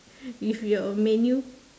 with your menu